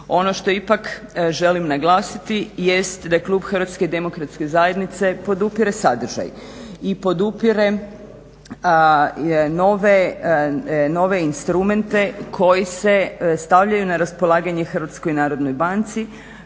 Ono što ipak želim naglasiti jest da klub HDZ-a podupire sadržaj i podupire nove instrumente koji se stavljaju na raspolaganje HNB-u kako bi